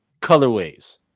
colorways